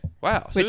Wow